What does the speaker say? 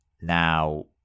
Now